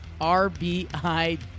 RBI